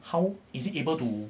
how is he able to